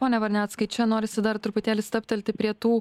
pone varneckai čia norisi dar truputėlį stabtelti prie tų